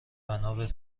بنابه